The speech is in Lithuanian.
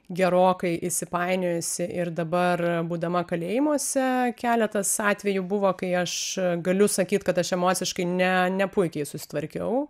gerokai įsipainiojusi ir dabar būdama kalėjimuose keletas atvejų buvo kai aš galiu sakyt kad aš emociškai ne ne puikiai susitvarkiau